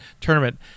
tournament